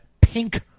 Pink